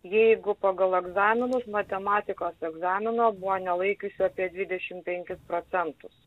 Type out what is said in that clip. jeigu pagal egzaminus matematikos egzamino buvo nelaikiusių apie dvidešim penkis procentus